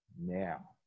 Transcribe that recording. Now